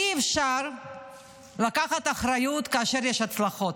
אי-אפשר לקחת אחריות כאשר יש הצלחות.